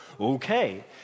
Okay